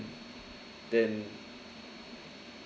then